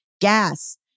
Gas